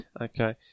Okay